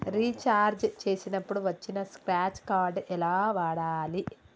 Recharge చేసినప్పుడు వచ్చిన scratch card ఎలా వాడాలి?